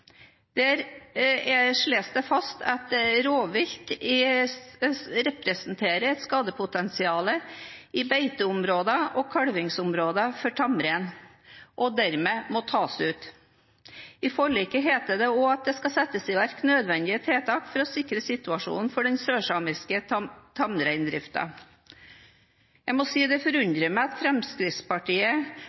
Der blir det slått fast at rovvilt representerer et skadepotensial i beiteområder og kalvingsområder for tamrein. De må dermed tas ut. I forliket heter også at det skal settes i verk nødvendige tiltak for å sikre situasjonen for den sørsamiske tamreindriften. Det forundrer meg at Fremskrittspartiet heller ikke mener at dette er verd å merke seg, og at